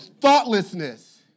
thoughtlessness